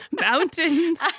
Mountains